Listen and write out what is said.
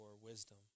wisdom